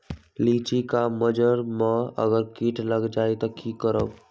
लिचि क मजर म अगर किट लग जाई त की करब?